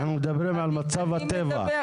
אנחנו מדברים על מצב הטבע.